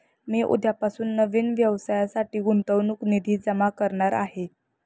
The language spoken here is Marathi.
मी उद्यापासून नवीन व्यवसायासाठी गुंतवणूक निधी जमा करणार आहे